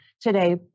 today